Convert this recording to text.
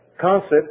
concept